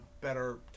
better